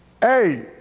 Hey